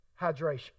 hydration